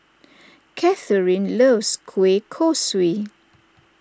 Katharine loves Kueh Kosui